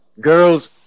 girls